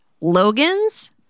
Logan's